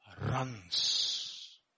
Runs